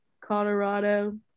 Colorado